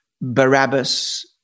Barabbas